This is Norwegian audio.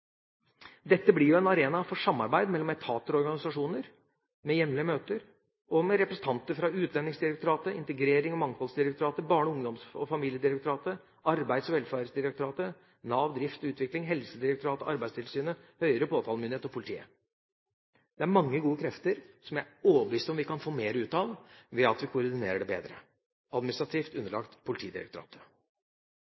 blir jo en arena for samarbeid mellom etater og organisasjoner, med jevnlige møter, og består av representanter fra Utlendingsdirektoratet, Integrerings- og mangfoldsdirektoratet, Barne-, ungdoms- og familiedirektoratet, Arbeids- og velferdsdirektoratet, Nav Drift og Utvikling, Helsedirektoratet, Arbeidstilsynet, høyere påtalemyndighet og politiet. Dette er mange gode krefter som jeg er overbevist om at vi kan få mer ut av, ved at vi koordinerer det bedre. Enheten er administrativt